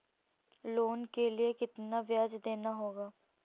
Loan के लिए कितना ब्याज देना होगा?